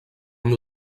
amb